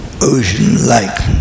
ocean-like